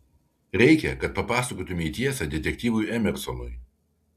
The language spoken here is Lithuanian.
reikia kad papasakotumei tiesą detektyvui emersonui